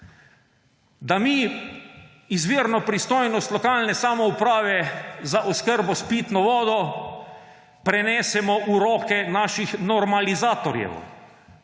Da mi izvirno pristojnost lokalne samouprave za oskrbo s pitno vodo prenesemo v roke naših normalizatorjev.